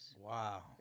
Wow